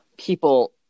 people